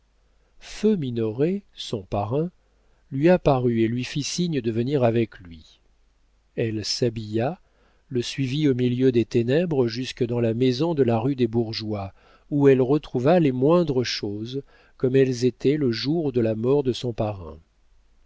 feu minoret son parrain lui apparut et lui fit signe de venir avec lui elle s'habilla le suivit au milieu des ténèbres jusque dans la maison de la rue des bourgeois où elle retrouva les moindres choses comme elles étaient le jour de la mort de son parrain